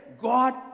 God